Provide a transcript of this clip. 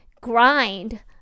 grind